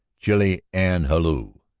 chilly and hallu.